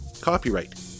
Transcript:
copyright